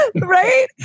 Right